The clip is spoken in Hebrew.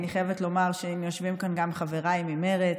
אני חייבת לומר שיושבים כאן גם חבריי ממרצ,